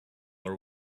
are